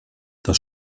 das